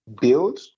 build